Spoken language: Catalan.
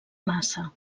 massa